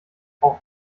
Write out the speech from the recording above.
auch